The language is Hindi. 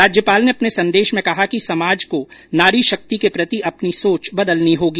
राज्यपाल ने अपने संदेश में कहा कि समाज को नारी शक्ति के प्रति अपनी सोच बदलनी होगी